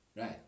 Right